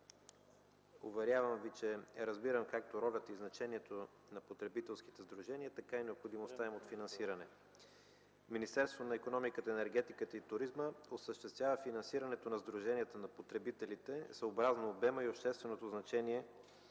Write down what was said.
Уверявам Ви, че разбирам както ролята и значението на потребителските сдружения, така и необходимостта им от финансиране. Министерството на икономиката, енергетиката и туризма осъществява финансирането на сдруженията на потребителите съобразно обема и общественото значение